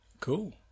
Cool